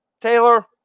Taylor